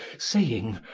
saying,